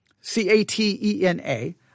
C-A-T-E-N-A